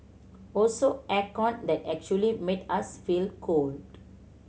also air con that actually made us feel cold